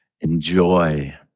enjoy